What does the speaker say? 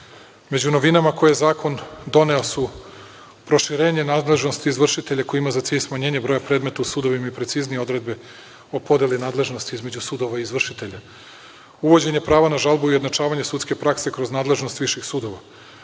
dana.Među novinama koje je zakon doneo su proširenje nadležnosti izvršitelja koji ima za cilj smanjenje broja predmeta u sudovima i preciznije odredbe o podeli nadležnosti između sudova i izvršitelja, uvođenje prava na žalbu i ujednačavanje sudske prakse kroz nadležnost viših sudova,